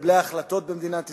מקבלי ההחלטות במדינת ישראל,